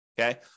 Okay